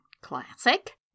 classic